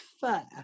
fair